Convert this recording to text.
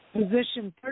Position